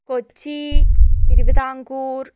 Kochi Thiruvithamkoor